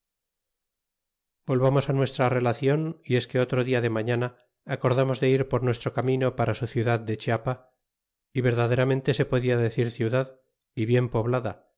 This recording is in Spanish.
volvamos a nuestra relación y es que otro dia de mailana acordamos de ir por nuestro camino para su ciudad de chiapa y verdaderamente se podia decir ciudad y bien poblada